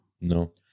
no